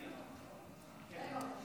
תארגנו את החבר'ה צ'יק-צ'ק, כי אני לא דברן גדול.